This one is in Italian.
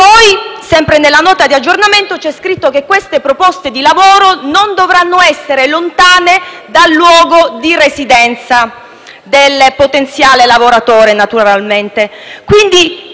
lo è? Sempre nella Nota di aggiornamento, c'è scritto che queste proposte di lavoro non dovranno essere lontane dal luogo di residenza del potenziale lavoratore, quindi